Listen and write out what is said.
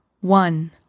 one